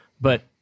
But-